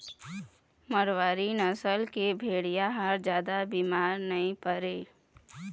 मारवाड़ी नसल के भेड़िया ह जादा बिमार नइ परय